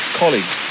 colleague